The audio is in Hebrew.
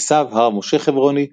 גיסיו הרב משה חברוני,